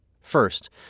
First